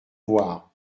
voir